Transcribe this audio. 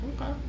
Okay